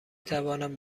توانم